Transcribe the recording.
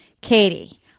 Katie